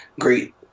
great